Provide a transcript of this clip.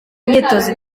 myitozo